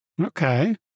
okay